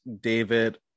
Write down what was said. David